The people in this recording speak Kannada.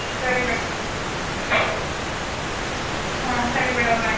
ಸರಿ ಮೇಡಮ್ ಹಾಂ ಸರಿ ಮೇಡಮ್ ಆಯ್ತು